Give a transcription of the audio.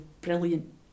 brilliant